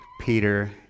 Peter